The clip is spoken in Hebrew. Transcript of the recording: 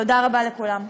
תודה רבה לכולם.